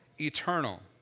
eternal